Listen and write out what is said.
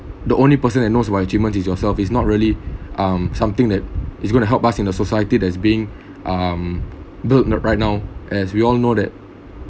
the only person that knows what achievement is yourself is not really um something that is going to help us in the society that is being um built right now as we all know that